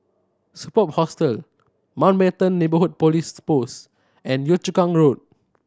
Superb Hostel Mountbatten Neighbourhood Police Post and Yio Chu Kang Road